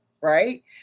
right